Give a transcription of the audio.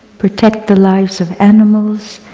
protect the lives of animals,